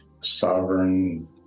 sovereign